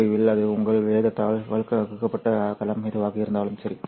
முடிவில் அது உங்கள் வேகத்தால் வகுக்கப்பட்ட அகலம் எதுவாக இருந்தாலும் சரி